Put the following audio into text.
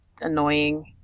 annoying